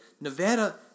Nevada